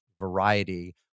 variety